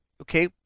okay